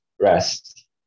rest